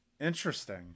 Interesting